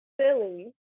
silly